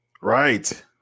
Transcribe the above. right